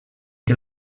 que